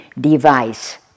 device